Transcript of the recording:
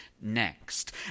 next